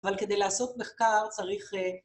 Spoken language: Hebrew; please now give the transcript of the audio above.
‫אבל כדי לעשות מחקר צריך...